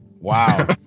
Wow